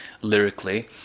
lyrically